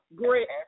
great